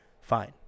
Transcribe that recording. fine